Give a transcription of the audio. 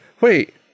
wait